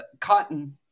cotton